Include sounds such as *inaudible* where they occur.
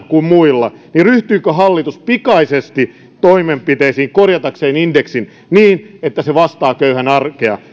*unintelligible* kuin muilla niin ryhtyykö hallitus pikaisesti toimenpiteisiin korjatakseen indeksin niin että se vastaa köyhän arkea